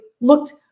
looked